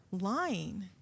Lying